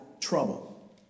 trouble